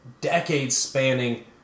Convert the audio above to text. decades-spanning